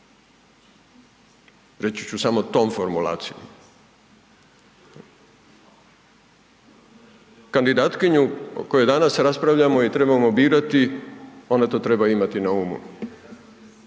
Reći ću samo tom formulacijom. Kandidatkinju, o kojoj danas raspravljamo i trebamo birati, ona to treba imati na umu.